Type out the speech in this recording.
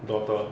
daughter